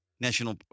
national